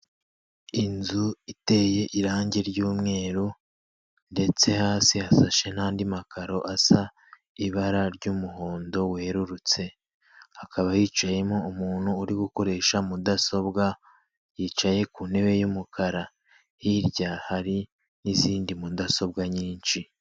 Inzu iteye irangi ry'umweru ndetse hasi hasashe n'andi makaro asa ibara ry'umuhondo werurutse akaba hicayemo umuntu uri gukoresha mudasobwa yicaye ku ntebe y'umukara hirya hari n'izindi mudasobwa nyinshi.